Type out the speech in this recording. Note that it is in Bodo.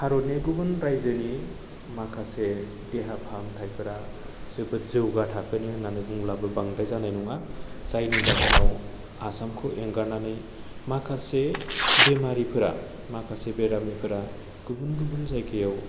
भारतनि गुबुन रायजोनि माखासे देहा फाहामथाइफोरा जोबोद जौगा थाखोनि होन्नानै बुंब्लाबो बांद्राय जानाय नङा जायनि जाहोनाव आसामखौ एंगारनानै माखासे बेमारिफोरा माखासे बेरामिफोरा गुबुन गुबुन जायगायाव